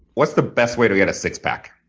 what's the best way to get a six pack?